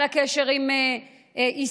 על הקשר עם ישראל.